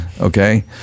Okay